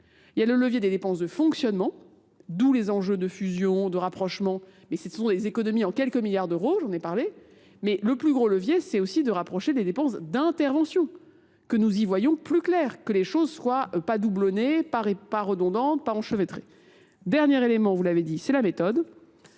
Il y a le levier des dépenses de fonctionnement, d'où les enjeux de fusion, de rapprochement, mais ce sont des économies en quelques milliards d'euros, j'en ai parlé. Mais le plus gros levier, c'est aussi de rapprocher des dépenses d'intervention, que nous y voyons plus clair, que les choses soient pas doublonnées, pas redondantes, pas enchevêtrées. Dernier élément, vous l'avez dit, c'est la méthode.